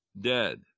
dead